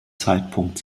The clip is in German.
zeitpunkt